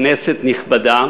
כנסת נכבדה,